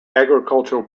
agricultural